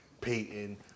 Payton